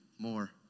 more